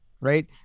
right